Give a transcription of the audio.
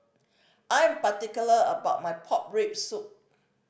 I am particular about my pork rib soup